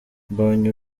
mbonye